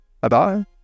Bye-bye